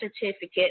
certificate